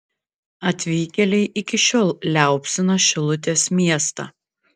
atvykėliai iki šiol liaupsina šilutės miestą